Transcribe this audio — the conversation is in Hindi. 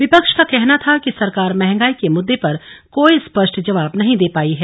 विपक्ष का कहना था कि सरकार महंगाई के मुद्दे पर कोई स्पष्ट जवाब नहीं दे पाई है